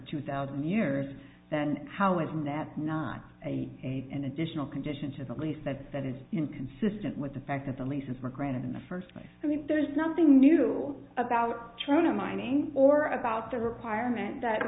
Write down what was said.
two thousand years then how isn't that not a an additional condition to the lease that that is inconsistent with the fact that the leases were granted in the first place i mean there's nothing new about trying to mining or about the requirement that